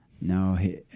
No